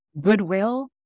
goodwill